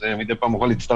אבל מדי פעם אוכל להצטרף.